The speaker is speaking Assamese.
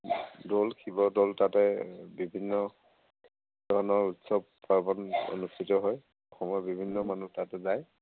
দৌল শিৱ দৌল তাতে বিভিন্ন ধৰণৰ উৎসৱ পাৰ্বণ অনুস্থিত হয় অসমৰ বিভিন্ন মানুহ তাতে যায়